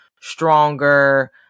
stronger